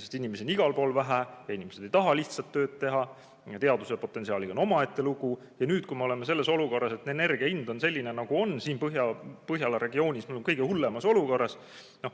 sest inimesi on igal pool vähe ja inimesed ei taha lihtsat tööd teha. Teaduse potentsiaaliga on omaette lugu. Ja nüüd me oleme selles olukorras, et energia hind on selline, et me oleme siin Põhjala regioonis kõige hullemas olukorras.